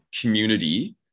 community